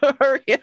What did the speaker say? hurry